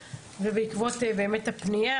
בעקבות באמת הפנייה.